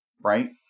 Right